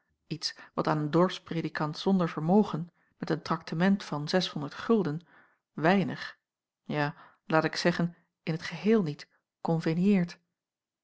iets wat aan een dorpspredikant zonder vermogen met een traktement van weinig ja laat ik zeggen in t geheel niet